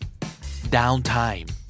Downtime